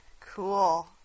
Cool